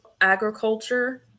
agriculture